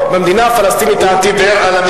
במדינה הפלסטינית העתידית,